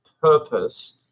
purpose